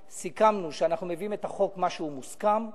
סיכמנו שאנחנו מביאים בחוק את מה שהוא מוסכם,